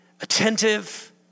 attentive